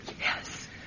Yes